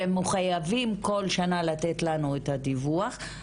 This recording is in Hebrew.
שהם מחוייבים כל שנה לתת לנו את הדיווח,